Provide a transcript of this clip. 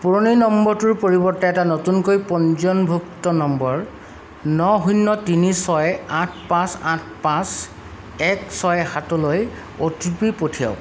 পুৰণি নম্বৰটোৰ পৰিৱৰ্তে এটা নতুনকৈ পঞ্জীয়নভুক্ত নম্বৰ ন শূন্য় তিনি ছয় আঠ পাঁচ আঠ পাঁচ এক ছয় সাতলৈ অ' টি পি পঠিয়াওক